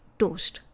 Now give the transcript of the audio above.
toast